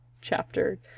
chapter